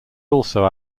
also